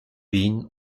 wien